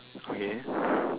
okay